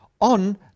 on